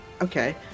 okay